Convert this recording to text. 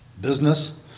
business